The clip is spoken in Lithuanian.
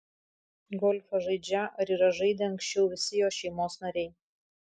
golfą žaidžią ar yra žaidę anksčiau visi jo šeimos nariai